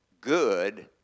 good